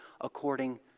according